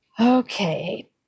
Okay